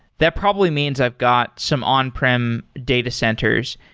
that probably means i've got some on-prem data centers,